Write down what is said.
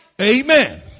Amen